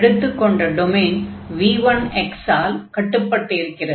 எடுத்துக்கொண்ட domain v1 ஆல் கட்டுப்பட்டிருக்கிறது